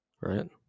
Right